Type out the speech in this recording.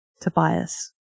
Tobias